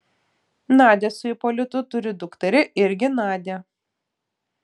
nadia su ipolitu turi dukterį irgi nadią